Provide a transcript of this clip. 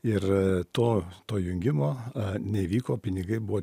ir to to jungimo neįvyko pinigai buvo